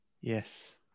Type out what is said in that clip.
Yes